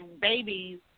babies